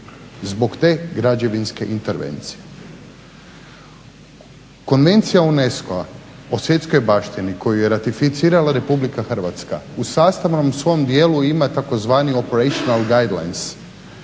zbog te građevinske intervencije. Konvencija UNESCO-a o svjetskoj baštini koju je ratificirala RH u sastavnom svom dijelu ima tzv. operational guidelines